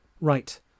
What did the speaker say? Right